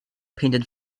painted